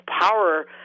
power